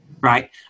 right